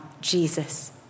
Jesus